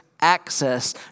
access